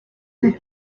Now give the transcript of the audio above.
rugo